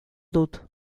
dut